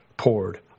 poured